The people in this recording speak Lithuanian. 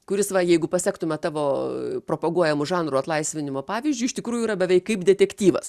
kuris va jeigu pasektume tavo propaguojamu žanrų atlaisvinimo pavyzdžiui iš tikrųjų yra beveik kaip detektyvas